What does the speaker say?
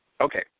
Okay